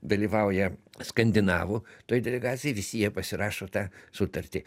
dalyvauja skandinavų toj delegacijoj visi jie pasirašo tą sutartį